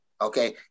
Okay